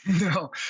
No